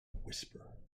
whisper